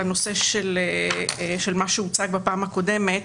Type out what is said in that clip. לנושא שהוצג בפעם הקודמת,